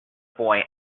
boy